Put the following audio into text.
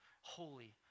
holy